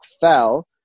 fell